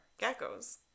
geckos